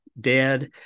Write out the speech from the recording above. dad